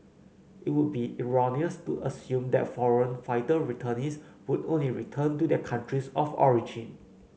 it would be erroneous to assume that foreign fighter returnees would only return to their countries of origin